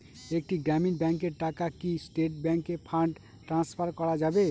একটি গ্রামীণ ব্যাংকের টাকা কি স্টেট ব্যাংকে ফান্ড ট্রান্সফার করা যাবে?